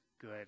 good